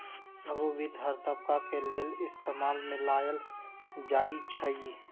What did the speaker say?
लघु वित्त हर तबका के लेल इस्तेमाल में लाएल जाई छई